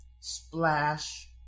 Splash